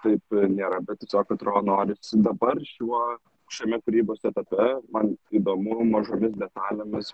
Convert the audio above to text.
taip nėra bet tiesiog atrodo norisi dabar šiuo šalia kūrybos etape man įdomu mažomis detalėmis